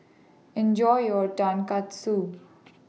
Enjoy your Tonkatsu